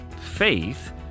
faith